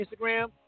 Instagram